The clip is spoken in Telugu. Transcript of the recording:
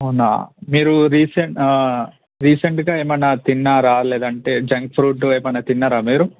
అవునా మీరు రీసెంట్ రీసెంట్గా ఏమైనా తిన్నారా లేదంటే జంక్ ఫుడ్ ఏమైనా తిన్నారా మీరు